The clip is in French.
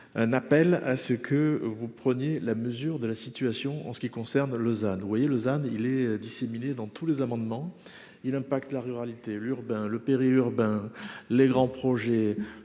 un appel à ce que vous preniez la mesure de la situation en ce qui concerne Lausanne vous voyez Lausanne il est disséminés dans tous les amendements il impact la ruralité l'urbain, le périurbain, les grands projets,